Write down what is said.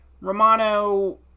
Romano